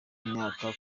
myaka